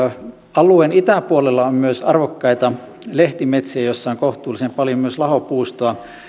alueen itäpuolella on myös arvokkaita lehtimetsiä joissa on kohtuullisen paljon myös lahopuustoa